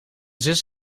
zus